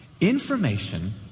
Information